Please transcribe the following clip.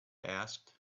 asked